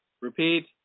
Repeat